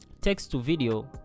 text-to-video